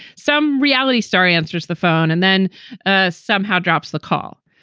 some reality star answers the phone and then ah somehow drops the call.